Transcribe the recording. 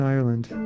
Ireland